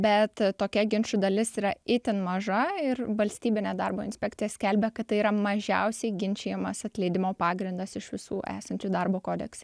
bet tokia ginčų dalis yra itin maža ir valstybinė darbo inspekcija skelbia kad tai yra mažiausiai ginčijamas atleidimo pagrindas iš visų esančių darbo kodekse